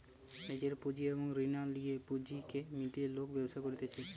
নিজের পুঁজি এবং রিনা লেয়া পুঁজিকে মিলিয়ে লোক ব্যবসা করতিছে